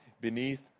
beneath